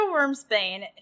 Wormsbane